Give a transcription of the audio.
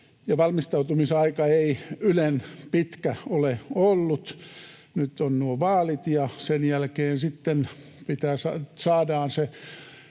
valmistautumisaika ei ylen pitkä ole ollut. Nyt on nuo vaalit, ja sen jälkeen sitten saadaan se